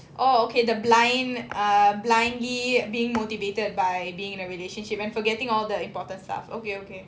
oh okay the blind uh blindly being motivated by being in a relationship and forgetting all the important stuff okay okay